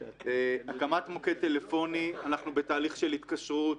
הקמת מוקד טלפוני אנחנו בתהליך של התקשרות.